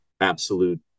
absolute